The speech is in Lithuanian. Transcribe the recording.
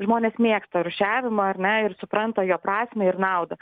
žmonės mėgsta rūšiavimą ar ne ir supranta jo prasmę ir naudą